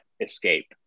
escape